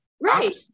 Right